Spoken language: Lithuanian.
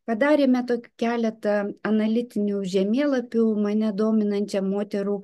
padarėme tokių keletą analitinių žemėlapių mane dominančia moterų